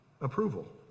approval